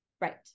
Right